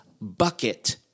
bucket